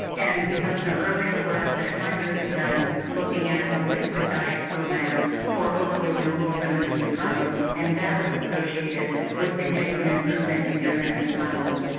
and we have some earlier work that my group had done looking at a liquid diet program for overweight and obese women with incontinence and that was associated with significant improvement in urinary incontinence.